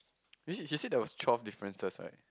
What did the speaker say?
she said there was twelve differences right